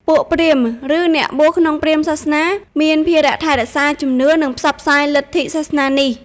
ពួកព្រាហ្មណ៍ ឬអ្នកបួសក្នុងព្រាហ្មណ៍សាសនា មានភារៈថែរក្សាជំនឿ និងផ្សព្វផ្សាយលទ្ធិសាសនានេះ។